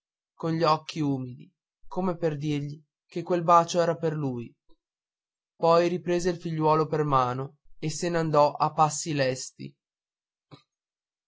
con gli occhi umidi come per dirgli che quel bacio era per lui poi prese il figliuolo per mano e se n'andò a passi lesti